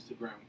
Instagram